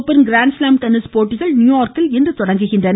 open grand slam tennis போட்டிகள் நியூயார்க்கில் இன்று தொடங்குகின்றன